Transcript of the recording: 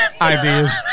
ideas